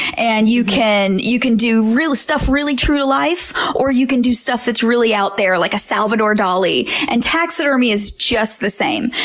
and you can you can do real stuff, really true to life, or you can do stuff that's really out there, like a salvador dali. and taxidermy is just the same.